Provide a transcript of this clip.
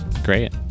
Great